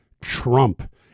Trump